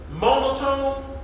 monotone